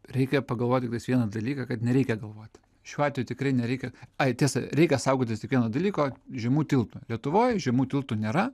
reikia pagalvoti tiktais vieną dalyką kad nereikia galvoti šiuo atveju tikrai nereikia ai tiesa reikia saugotis tik vieno dalyko žemų tiltų lietuvoje žemų tiltų nėra